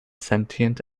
sentient